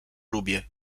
lubię